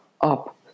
up